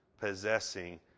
possessing